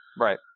Right